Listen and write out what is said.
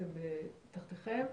שמרוכזות תחתיכם.